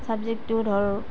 ছাবজেক্টটো ধৰ